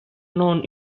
known